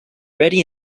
ready